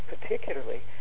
particularly